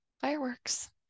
fireworks